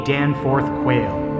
Danforth-Quayle